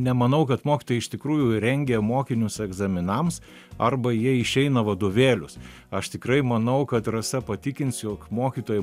nemanau kad mokytojai iš tikrųjų rengia mokinius egzaminams arba jie išeina vadovėlius aš tikrai manau kad rasa patikins jog mokytojai